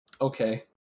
Okay